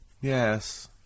Yes